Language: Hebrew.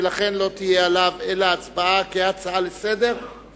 ולכן לא תהיה עליו אלא הצבעה כהצעה לסדר-היום.